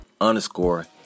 underscore